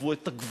גנבו את הגבול,